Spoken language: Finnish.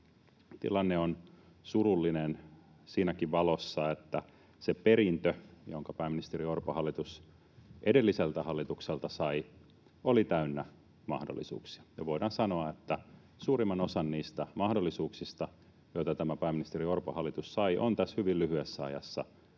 Tilanne on surullinen siinäkin valossa, että se perintö, jonka pääministeri Orpon hallitus edelliseltä hallitukselta sai, oli täynnä mahdollisuuksia. Ja voidaan sanoa, että suurimman osan niistä mahdollisuuksista, joita tämä pääministeri Orpon hallitus sai, on tässä hyvin lyhyessä ajassa onnistuttu